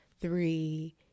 three